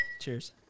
Cheers